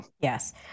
Yes